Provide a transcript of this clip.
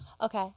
Okay